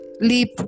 leap